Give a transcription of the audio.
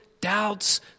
doubts